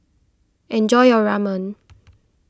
enjoy your Ramen